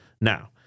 Now